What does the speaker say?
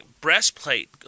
breastplate